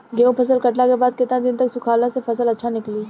गेंहू फसल कटला के बाद केतना दिन तक सुखावला से फसल अच्छा निकली?